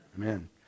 Amen